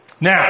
Now